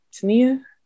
Tania